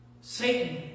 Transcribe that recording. Satan